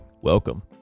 welcome